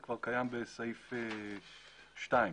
זה כבר קיים בסעיף קטן (2),